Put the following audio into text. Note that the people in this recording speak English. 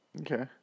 Okay